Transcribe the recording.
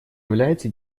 является